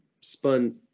spun